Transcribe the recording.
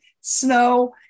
snow